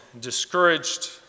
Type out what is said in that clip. discouraged